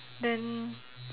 then